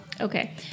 okay